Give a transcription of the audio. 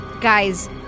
Guys